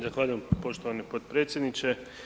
Zahvaljujem poštovani potpredsjedniče.